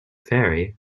ferry